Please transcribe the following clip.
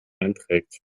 einträgt